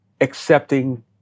accepting